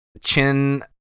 chin